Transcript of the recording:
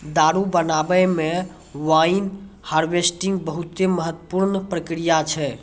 दारु बनाबै मे वाइन हार्वेस्टिंग बहुते महत्वपूर्ण प्रक्रिया छै